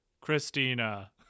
Christina